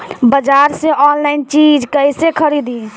बाजार से आनलाइन चीज कैसे खरीदी?